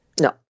No